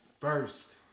first